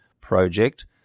Project